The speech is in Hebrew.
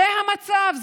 זה המצב.